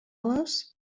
les